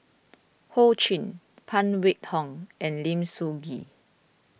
Ho Ching Phan Wait Hong and Lim Sun Gee